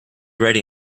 ready